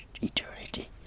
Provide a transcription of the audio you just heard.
eternity